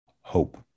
hope